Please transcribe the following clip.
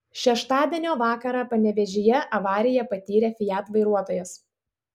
šeštadienio vakarą panevėžyje avariją patyrė fiat vairuotojas